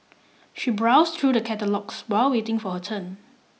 she browsed through the catalogues while waiting for her turn